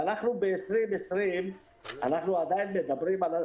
ואנחנו ב-2020 עדיין מדברים,